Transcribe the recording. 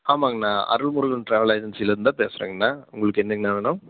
ஆமாங்கண்ணா அருள் முருகன் ட்ராவல் ஏஜென்சியில் இருந்து தான் பேசுகிறேங்கண்ணா உங்களுக்கு என்னங்கண்ணா வேணும்